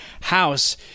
house